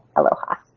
aloha.